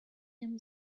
him